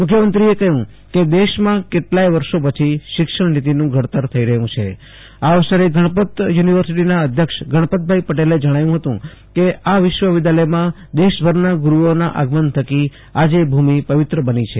મુખ્યમંત્રીએ કહ્યુ કે દેશમાં કેટલાય વર્ષો પછી પછી શિક્ષણ નિતિનું ઘડતર થઈ રહ્યુ છે આ અવસરે ગણપત યુ નિવર્સિટીના અધ્યક્ષ ગણપતભાઈ પટેલે જણાવ્યુ હતું કે આ વિશ્વ વિધાલયમાં દેશભરના ગુરૂઓના આગમન થકી આજે ભુમિ પવ્તિ બની છે